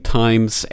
times